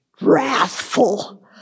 wrathful